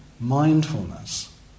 mindfulness